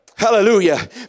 Hallelujah